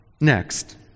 next